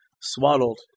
swaddled